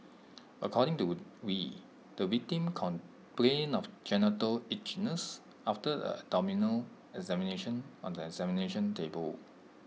according to wee the victim complained of genital itchiness after the abdominal examination on the examination table